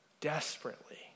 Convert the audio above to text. desperately